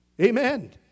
Amen